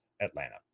Atlanta